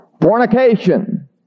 Fornication